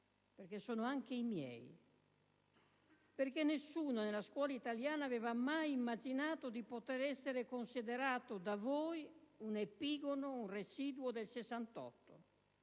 - che sono anche i miei - perché nessuno nella scuola italiana avrebbe mai immaginato di poter essere considerato da voi un epigono, un residuo del '68,